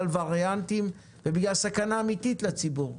וריאנטים ובגלל סכנה אמיתית לציבור.